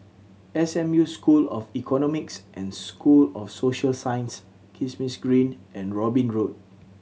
S M U School of Economics and School of Social Sciences Kismis Green and Robin Road